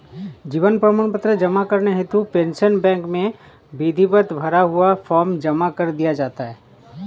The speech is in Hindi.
जीवन प्रमाण पत्र जमा करने हेतु पेंशन बैंक में विधिवत भरा हुआ फॉर्म जमा कर दिया जाता है